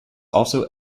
also